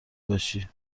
باشی